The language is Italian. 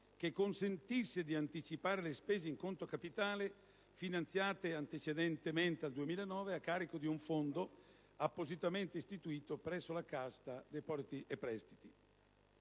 che consentisse di anticipare le spese in conto capitale finanziate antecedentemente al 2009 a carico di un fondo appositamente istituito presso la Cassa depositi e prestiti.